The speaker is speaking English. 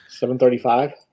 735